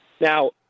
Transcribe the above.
Now